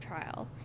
trial